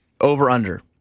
over-under